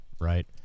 right